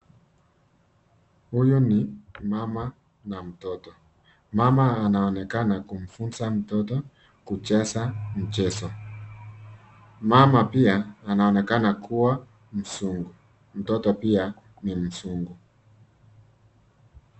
Huyu ni mama na mtoto. Mama anaonekana kumfunza mtoto kucheza mchezo. Mama pia anaonekana kuwa mzungu. Mtoto pia ni mzungu.